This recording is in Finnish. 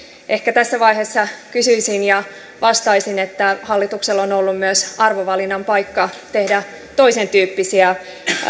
ehkä tässä vaiheessa vastaisin että hallituksella on ollut myös arvovalinnan paikka tehdä toisentyyppisiä